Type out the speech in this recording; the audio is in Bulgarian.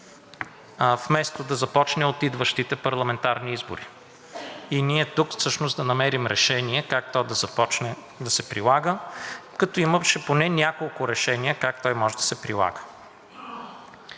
вместо да започне от идващите парламентарни избори и ние тук всъщност да намерим решение как то да започне да се прилага, като имаше поне няколко решения как той може да се прилага.